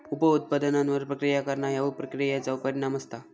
उप उत्पादनांवर प्रक्रिया करणा ह्या प्रक्रियेचा परिणाम असता